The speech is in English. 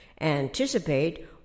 Anticipate